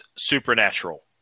Supernatural